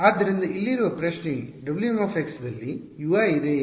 ಆದ್ದರಿಂದ ಇಲ್ಲಿರುವ ಪ್ರಶ್ನೆ Wmದಲ್ಲಿ Ui ಇದೆಯೇ